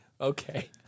Okay